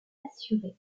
assuré